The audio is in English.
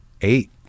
eight